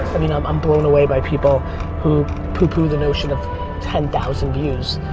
i mean i'm i'm blown away by people who poo-poo the notion of ten thousand views,